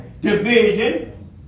division